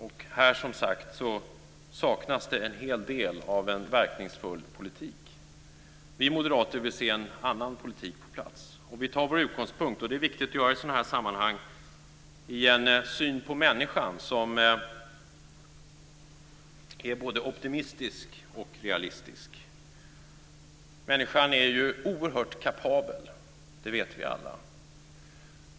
Och här saknas det, som sagt, en hel del av en verkningsfull politik. Vi moderater vill se en annan politik på plats. Och vi tar vår utgångspunkt, vilket är viktigt att göra i sådana här sammanhang, i en syn på människan som är både optimistisk och realistisk. Människan är ju oerhört kapabel. Det vet vi alla.